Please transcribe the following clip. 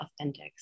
authentic